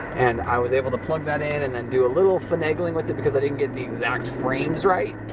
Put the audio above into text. and i was able to plug that in and then do a little finagling with it because i didn't get the exact frames right.